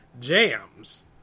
jams